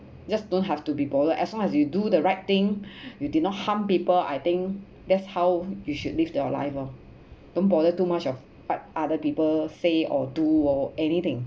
just don't have to be bothered as long as you do the right thing you did not harm people I think that's how you should live your life lor don't bother too much of what other people say or do or anything